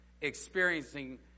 experiencing